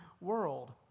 world